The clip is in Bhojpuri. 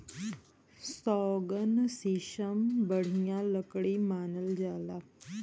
सौगन, सीसम बढ़िया लकड़ी मानल जाला